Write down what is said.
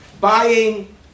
buying